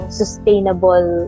sustainable